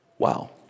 Wow